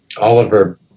oliver